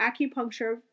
acupuncture